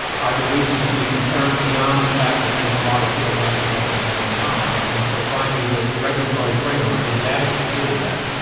are there reasons to be concerned beyond the fact that there is a lot of shale gas development going on? and so finally the the regulatory framework, is it adequate to deal with that?